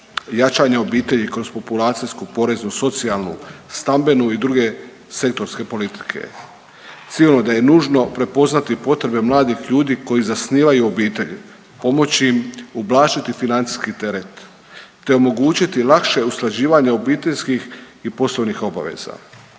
jačanja obitelji kroz populacijsku poreznu, socijalnu, stambenu i druge sektorske politike. Sigurno da je nužno prepoznati potrebe mladih ljudi koji zasnivaju obitelj, pomoći im, ublažiti financijski teret te omogućiti lakše usklađivanje obiteljskih i poslovnih obaveza.